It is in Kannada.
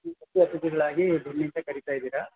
ಬನ್ನಿ ಅಂತ ಕರೀತಾ ಇದ್ದೀರಾ